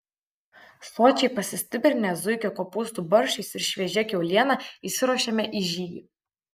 sočiai pasistiprinę zuikio kopūstų barščiais ir šviežia kiauliena išsiruošėme į žygį